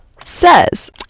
says